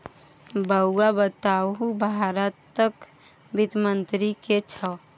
बौआ बताउ भारतक वित्त मंत्री के छै?